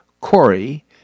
Corey